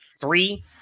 three